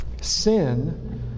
Sin